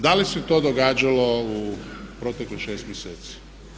Da li se to događalo u proteklih 6 mjeseci?